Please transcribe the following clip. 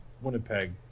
Winnipeg